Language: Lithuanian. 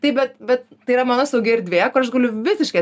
taip bet bet tai yra mano saugi erdvė kur aš guliu visiškai